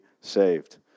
saved